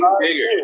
bigger